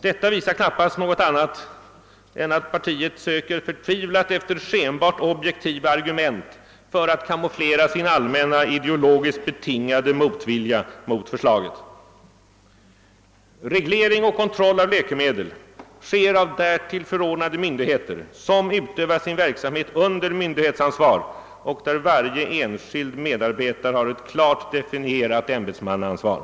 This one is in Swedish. Detta visar knappast något annat än att partiet söker förtvivlat efter skenbart objektiva argument för att kamouflera sin allmänna, ideologiskt betingade motvilja mot förslaget. Reglering och kontroll av läkemedel sker av därtill förordnade myndigheter som utövar sin verksamhet under myndighetsansvar och där varje enskild medarbetare har ett klart definierat ämbetsmannaansvar.